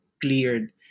cleared